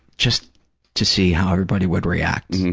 just to see how everybody would react,